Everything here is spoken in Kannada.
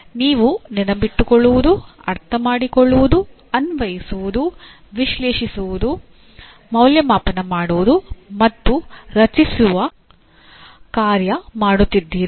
ನೀವು ನೆನಪಿಟ್ಟುಕೊಳ್ಳುವುದು ಅರ್ಥಮಾಡಿಕೊಳ್ಳುವುದು ಅನ್ವಯಿಸುವುದು ವಿಶ್ಲೇಷಿಸುವುದು ಮೌಲ್ಯಮಾಪನ ಮಾಡುವುದು ಮತ್ತು ರಚಿಸುವ ಕಾರ್ಯ ಮಾಡುತ್ತಿದ್ದೀರಿ